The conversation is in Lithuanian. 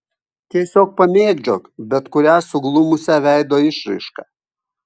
tiesiog pamėgdžiok bet kurią suglumusią veido išraišką